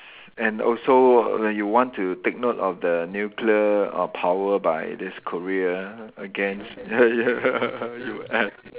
s~ and also when you want to take note of the nuclear uh power by this Korea against U_S